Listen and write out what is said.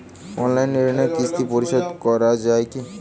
Online ঋণের কিস্তি পরিশোধ করা যায় কি?